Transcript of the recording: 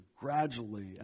gradually